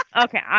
Okay